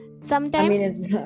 Sometimes-